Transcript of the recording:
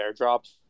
airdrops